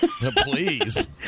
Please